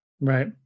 Right